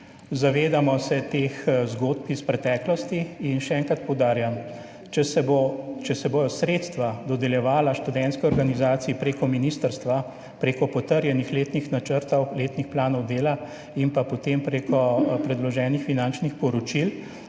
zavedamo se teh zgodb iz preteklosti. In še enkrat poudarjam: če se bodo sredstva dodeljevala Študentski organizaciji prek ministrstva, prek potrjenih letnih planov dela in pa potem prek predloženih finančnih poročil,